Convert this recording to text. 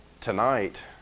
tonight